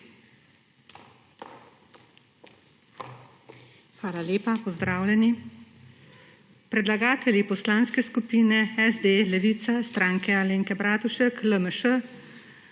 Hvala lepa. Pozdravljeni! Predlagatelji poslanske skupine SD, Levica, Stranke Alenke Bratušek, LMŠ